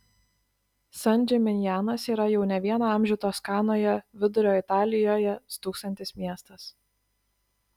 san džiminjanas yra jau ne vieną amžių toskanoje vidurio italijoje stūksantis miestas